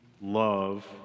love